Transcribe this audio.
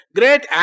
great